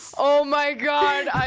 oh my god,